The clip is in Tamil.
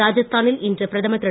ராஜஸ்தா னில் இன்று பிரதமர் திரு